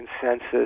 consensus